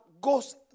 goes